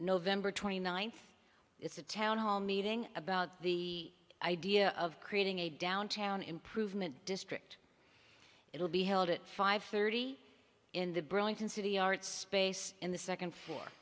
november twenty ninth it's a town hall meeting about the idea of creating a downtown improvement district it will be held at five thirty in the burlington city arts space in the second floor